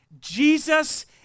Jesus